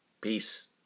Peace